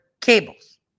cables